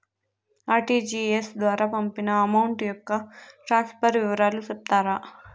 RTGS ద్వారా పంపిన amount యొక్క ట్రాన్స్ఫర్ వివరాలు సెప్తారా